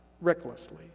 recklessly